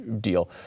deal